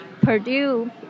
Purdue